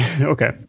Okay